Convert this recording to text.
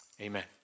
Amen